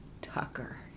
Tucker